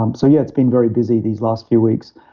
um so yeah, it's been very busy these last few weeks.